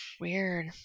weird